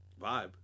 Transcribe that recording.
Vibe